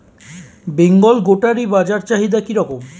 বেঙ্গল গোটারি বাজার চাহিদা কি রকম?